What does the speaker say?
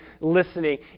listening